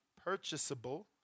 purchasable